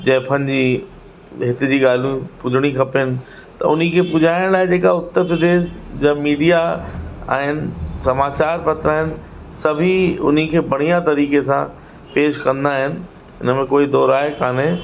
ज़ाइफ़ुनि जी हित जी ॻाल्हियूं ॿुधणी खपेनि त उन्ही खे पुॼाइण लाइ जेका उत्तर प्रदेश जा मीडिया आहिनि समाचार पत्र आहिनि सभई उन्ही खे बढ़िया तरीक़े सां पेश कंदा आहिनि इन में कोई दो राय कान्हे